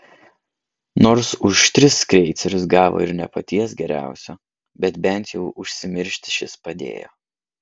nors už tris kreicerius gavo ir ne paties geriausio bet bent jau užsimiršti šis padėjo